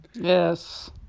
Yes